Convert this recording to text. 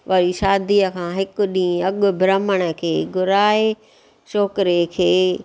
वरी शादीअ खां हिकु ॾींहुं अॻु ब्राम्हण खे घुराइ छोकिरे खे